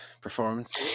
performance